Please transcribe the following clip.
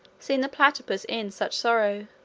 seeing the platypus in such sorrow,